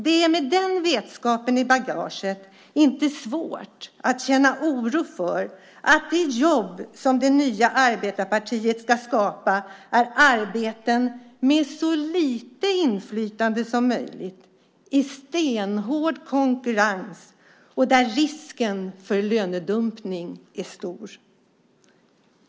Det är med den vetskapen i bagaget inte svårt att känna oro för att de jobb som det nya arbetarpartiet ska skapa är arbeten med så lite inflytande som möjligt i stenhård konkurrens och där risken för lönedumpning är stor.